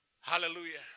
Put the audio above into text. Hallelujah